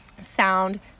sound